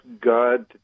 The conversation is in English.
God